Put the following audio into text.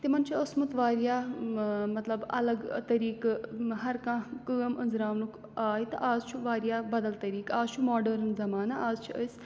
تِمَن چھِ اوسمُت واریاہ مطلب الگ طٔریٖقہٕ ہر کانٛہہ کٲم أنٛزراونُک آے تہٕ آز چھُ واریاہ بدل طٔریٖقہٕ آز چھُ ماڈٲرٕن زَمانہٕ آز چھِ أسۍ